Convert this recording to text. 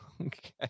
Okay